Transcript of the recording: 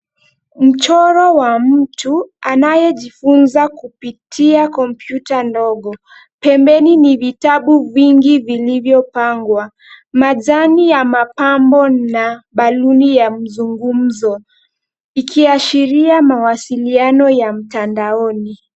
Mchoro wa mtu anayejifunza kupitia kompyuta ndogo. Pembeni ni vitabu vingi vilivyopangwa, majani ya mapambo na baluni ya mzungumzo ikiashiria mawasiliano ya mtandaoni.